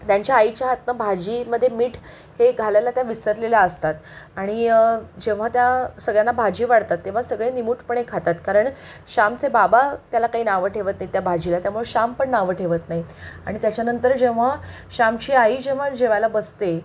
त्यांच्या आईच्या हातनं भाजीमध्ये मीठ हे घालायला त्या विसरलेल्या असतात आणि जेव्हा त्या सगळ्यांना भाजी वाढतात तेव्हा सगळे निमूटपणे खातात कारण श्यामचे बाबा त्याला काही नावं ठेवत नाहीत त्या भाजीला त्यामुळे श्याम पण नावं ठेवत नाही आणि त्याच्यानंतर जेव्हा श्यामची आई जेव्हा जेवाला बसते